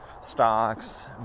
stocks